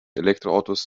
elektroautos